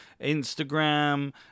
Instagram